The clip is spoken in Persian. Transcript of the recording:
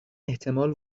احتمال